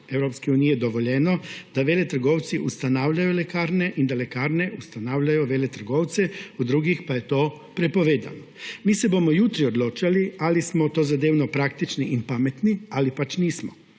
Evropske unije dovoljeno, da veletrgovci ustanavljajo lekarne in da lekarne ustanavljajo veletrgovce, v drugih pa je to prepovedano. Mi se bomo jutri odločali, ali smo tozadevno praktični in pametni ali pač nismo.